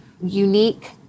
unique